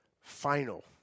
final